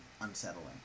unsettling